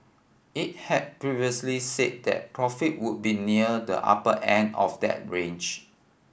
it had previously said that profit would be near the upper end of that range